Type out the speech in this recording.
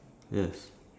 yes